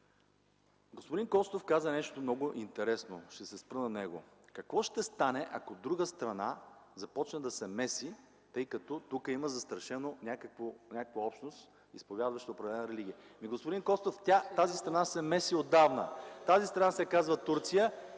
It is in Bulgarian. Господин Костов каза нещо много интересно. Ще се спра на него. Какво ще стане, ако друга страна започне да се меси, тъй като тук има застрашена някаква общност, изповядваща определена религия? Ами, господин Костов, тази страна се меша отдавна. Тази страна се казва Турция